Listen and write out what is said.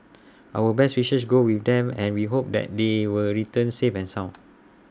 our best wishes go with them and we hope that they will return safe and sound